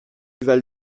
val